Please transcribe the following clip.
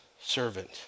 servant